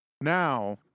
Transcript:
now